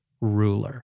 ruler